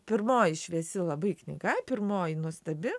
pirmoji šviesi labai knyga pirmoji nuostabi